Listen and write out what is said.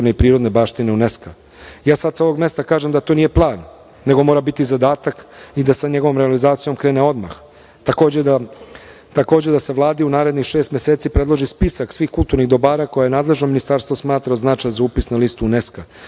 i prirodne baštine UNESK-a. Sada sa ovog mesta kažem da to nije plan, nego mora biti zadatak i da sa njegovom realizacijom se krene odmah. Takođe da se u Vladi narednih šest meseci predloži spisak svih kulturnih dobara koje nadležno ministarstvo smatra za upis na listu UNESK-a.